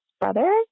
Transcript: brother